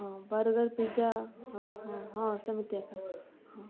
ହଁ burger pizza ହଁ ହଁ ସେମିତିଆ ଏକ ହଁ